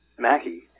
Mackie